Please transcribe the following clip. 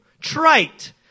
trite